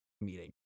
meeting